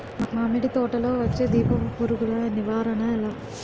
మామిడి తోటలో వచ్చే దీపపు పురుగుల నివారణ ఎలా?